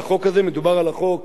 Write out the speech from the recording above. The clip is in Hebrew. אדוני היושב-ראש,